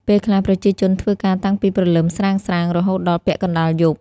ពេលខ្លះប្រជាជនធ្វើការតាំងពីព្រលឹមស្រាងៗរហូតដល់ពាក់កណ្ដាលយប់។